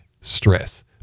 stress